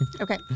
Okay